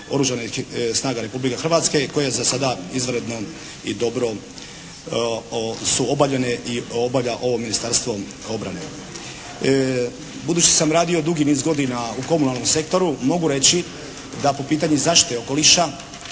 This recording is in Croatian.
Oružanih snaga Republike Hrvatske koje za sada izvanredno i dobro su obavljane i obavlja ovo Ministarstvo obrane. Budući sam radio dugi niz godina u komunalnom sektoru mogu reći da po pitanju zaštite okoliša